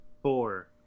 Four